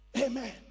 Amen